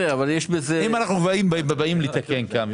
אם אנחנו באים לתקן כאן,